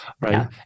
Right